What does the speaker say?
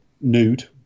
nude